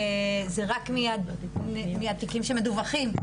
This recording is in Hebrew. זה רק מהתיקים שמדווחים.